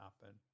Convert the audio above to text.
happen